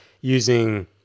using